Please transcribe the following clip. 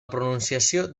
pronunciació